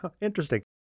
Interesting